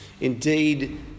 Indeed